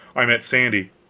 i met sandy.